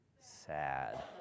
sad